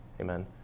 Amen